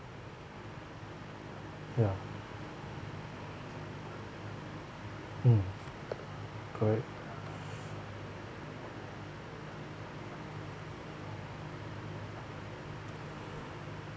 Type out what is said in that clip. ya mm correct